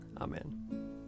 Amen